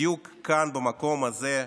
בדיוק כאן, במקום הזה,